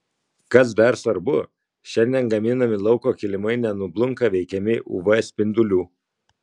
kas dar svarbu šiandien gaminami lauko kilimai nenublunka veikiami uv spindulių